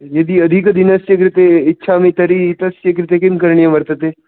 यदि अधिकदिनस्य कृते इच्छामि तर्हि एतस्य कृते किं करणीयं वर्तते